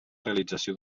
realització